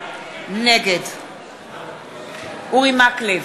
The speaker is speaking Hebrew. נגד אורי מקלב,